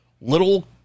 Little